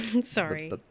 sorry